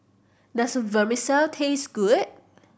does Vermicelli taste good